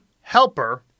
helper